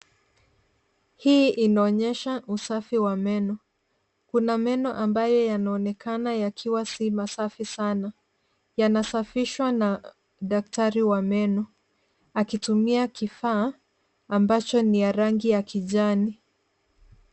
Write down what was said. Hii inaonesha usafi wa meno. Kuna meno ambayo yanaonekana yakiwa si masafi sana. Yanasafishwa na daktari wa meno akitumia kifaa ambacho ni ya rangi ya kijani.